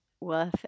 worth